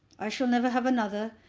i shall never have another,